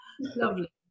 lovely